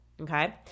Okay